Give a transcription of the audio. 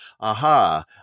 aha